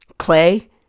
Clay